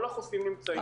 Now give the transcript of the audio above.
כל החוסים נמצאים.